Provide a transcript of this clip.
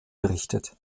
berichtet